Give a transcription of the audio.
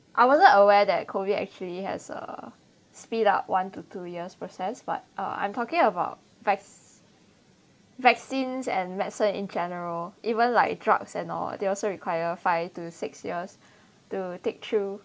I wasn't aware that korea actually has a speed up one to two years process but uh I'm talking about vac~ vaccines and medicine in general even like drugs and all they also require five to six years to take through